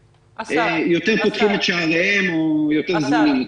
ויותר פותחים את שעריהם או יותר זמינים,